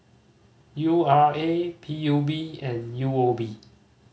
U R A P U B and U O B